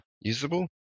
usable